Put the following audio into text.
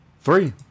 three